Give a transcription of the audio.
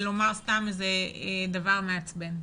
לומר סתם איזה דבר מעצבן.